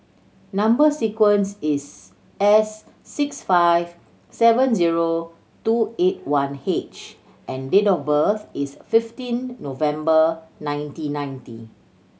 number sequence is S six five seven zero two eight one H and date of birth is fifteen November nineteen ninety